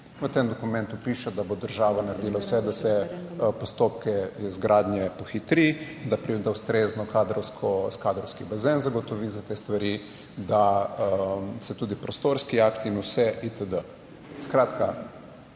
V tem dokumentu piše, da bo država naredila vse, da se postopke izgradnje pohitri, da ustrezno kadrovski bazen zagotovi za te stvari. Da se tudi prostorski akti in vse itd.